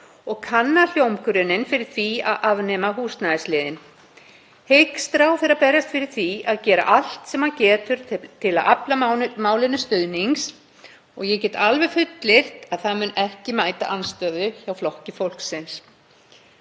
og kannað hljómgrunninn fyrir því að afnema húsnæðisliðinn. Hyggst ráðherra berjast fyrir því að gera allt sem hann getur til að afla málinu stuðnings? Ég get alveg fullyrt að það mun ekki mæta andstöðu hjá Flokki fólksins.